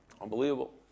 unbelievable